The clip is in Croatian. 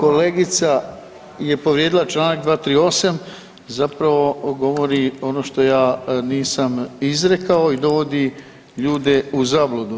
Kolegica je povrijedila Članak 238., zapravo govori ono što ja nisam izrekao i dovodi ljude u zabludu.